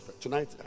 Tonight